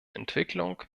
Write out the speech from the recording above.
entwicklung